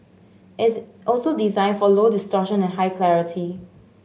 it's also designed for low distortion and high clarity